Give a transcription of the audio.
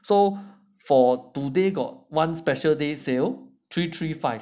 so for today got one special day sale three three five